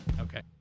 Okay